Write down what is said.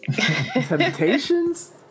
Temptations